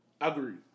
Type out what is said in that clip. Agreed